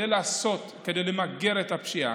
כדי למגר את הפשיעה,